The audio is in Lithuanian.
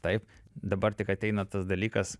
taip dabar tik ateina tas dalykas